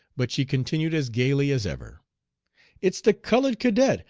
but she continued as gayly as ever it's the colored cadet!